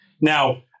Now